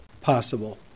possible